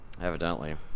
Evidently